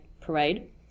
parade